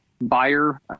buyer